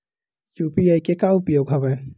UPI के का उपयोग हवय?